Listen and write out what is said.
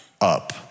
up